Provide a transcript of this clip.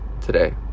today